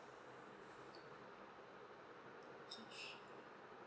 okay sure